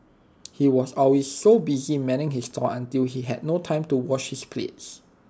he was always so busy manning his stall until he had no time to wash his plates